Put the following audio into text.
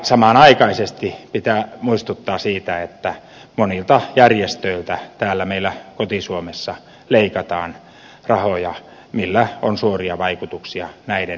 samanaikaisesti pitää muistuttaa siitä että monilta järjestöiltä täällä meillä koti suomessa leikataan rahoja millä on suoria vaikutuksia näiden toimintaan